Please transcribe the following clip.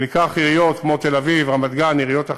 ניקח עיריות כמו תל-אביב, רמת-גן, עיריות אחרות,